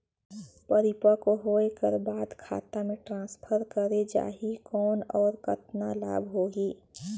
परिपक्व होय कर बाद खाता मे ट्रांसफर करे जा ही कौन और कतना लाभ होही?